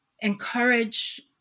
encourage